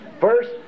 First